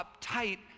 uptight